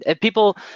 People